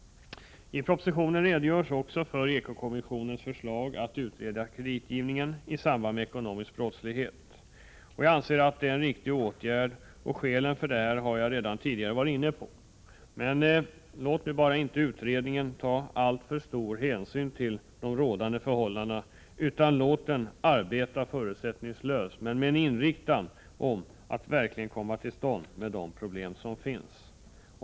I propositionen redogörs också för eko-kommissionens förslag att utreda kreditgivningen i samband med ekonomisk brottslighet. Jag anser att det är en riktig åtgärd, och skälen härför har jag redan tidigare varit inne på. Låt bara inte utredningen ta alltför stor hänsyn till de nu rådande förhållandena, utan låt den arbeta förutsättningslöst med en inriktan på att verkligen komma till rätta med de problem som finns.